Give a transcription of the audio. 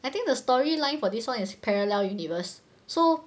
I think the storyline for this one is parallel universe so